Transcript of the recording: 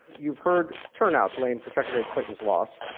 you've heard turnout blamed for secretary clinton's loss,